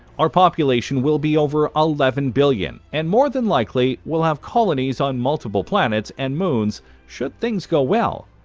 our population will be over eleven billion, and more than likely we'll have colonies on multiple planets and moons should things go well.